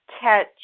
catch